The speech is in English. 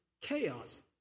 chaos